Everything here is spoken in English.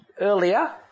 earlier